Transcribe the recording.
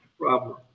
problem